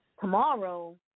tomorrow